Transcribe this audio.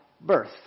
birth